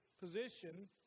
position